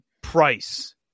price